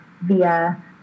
via